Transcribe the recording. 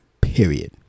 period